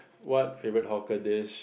what favourite hawker dish